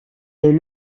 est